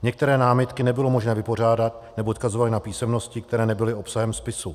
Některé námitky nebylo možné vypořádat, neboť odkazovaly na písemnosti, které nebyly obsahem spisu.